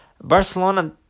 Barcelona